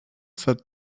that